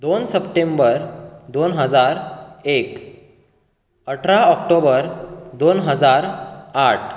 दोन सप्टेंबर दोन हजार एक अठरा ऑक्टोबर दोन हजार आठ